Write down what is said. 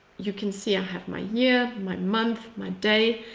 you can see i have my year, my month, my day.